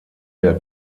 der